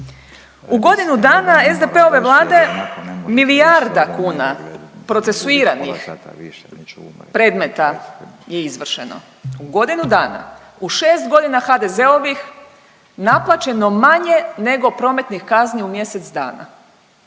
U godinu dana SDP-ove Vlade milijarda kuna procesuiranih predmeta je izvršeno, u godinu dana. U šest godina HDZ-ovih naplaćeno manje nego prometnih kazni u mjesec dana.